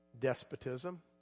despotism